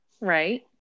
Right